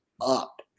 up